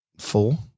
Four